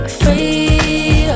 free